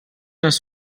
els